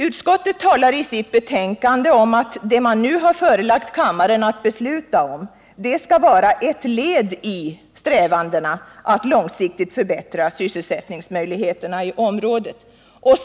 Utskottet talar i sitt betänkande om att det man nu har förelagt riksdagen att besluta om skall vara ett led i strävandena att långsiktigt förbättra sysselsättningsmöjligheterna i området.